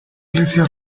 iglesia